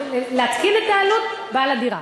להתקין את, בעל הדירה.